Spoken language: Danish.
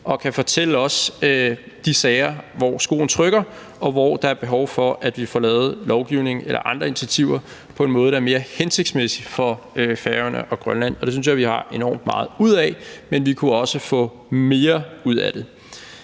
og kan fortælle os om de sager, hvor skoen trykker, og hvor der er behov for, at vi får lavet lovgivning eller andre initiativer på en måde, der er mere hensigtsmæssig for Færøerne og Grønland. Og det synes jeg, vi har enormt meget ud af, men vi kunne også få mere ud af det.